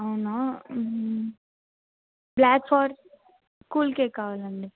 అవునా black forest cool cake కావాలండి